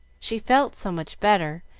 she felt so much better,